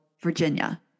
Virginia